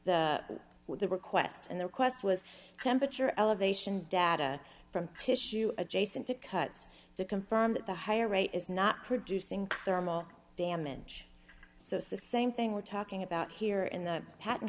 with the request and the request was temperature elevation data from tissue adjacent to cuts to confirm that the higher rate is not producing thermal damage so it's the same thing we're talking about here in the patent